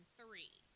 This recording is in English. three